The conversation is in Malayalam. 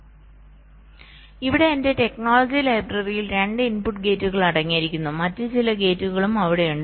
അതിനാൽ ഇവിടെ എന്റെ ടെക്നോളജി ലൈബ്രറിയിൽ 2 ഇൻപുട്ട് ഗേറ്റുകൾ അടങ്ങിയിരിക്കുന്നു മറ്റ് ചില ഗേറ്റുകളും അവിടെയുണ്ട്